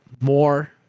more